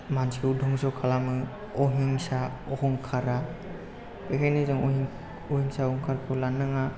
मानसिखौ धंस कालामो अहिंसा अहंखारआ बेखायनो जों अहिंसा अहंखारखौ लानो नाङा